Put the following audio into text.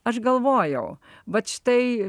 aš galvojau vat štai